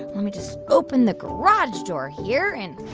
let me just open the garage door here and.